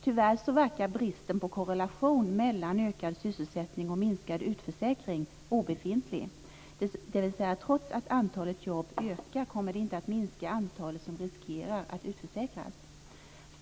Tyvärr verkar bristen på korrelation mellan ökad sysselsättning och minskad utförsäkring obefintlig, dvs. att trots att antalet jobb ökar kommer det inte att minska antalet som riskerar att utförsäkras.